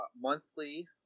monthly